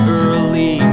early